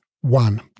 One